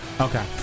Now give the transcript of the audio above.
okay